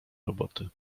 roboty